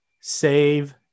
save